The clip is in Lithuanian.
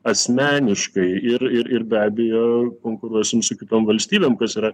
asmeniškai ir ir ir be abejo konkuruosim su kitom valstybėm kas yra